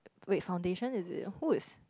wait foundation is it whose